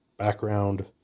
Background